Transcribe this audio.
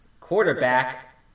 quarterback